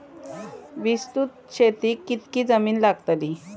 विस्तृत शेतीक कितकी जमीन लागतली?